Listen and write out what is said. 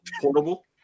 portable